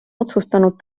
otsustanud